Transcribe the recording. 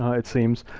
ah it seems,